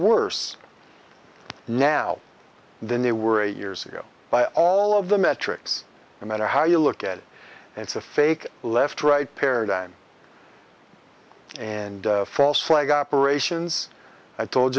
worse now than they were eight years ago by all of the metrics and matter how you look at it and it's a fake left right paradigm and false flag operations i told